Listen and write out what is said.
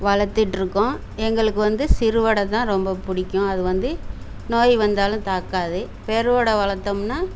வளர்த்துட்ருக்கோம் எங்களுக்கு வந்து சிறுவிடைதான் ரொம்ப பிடிக்கும் அது வந்து நோய் வந்தாலும் தாக்காது பெருவிடை வளர்த்தம்னா